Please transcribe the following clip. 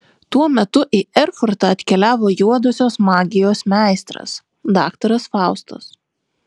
tuo metu į erfurtą atkeliavo juodosios magijos meistras daktaras faustas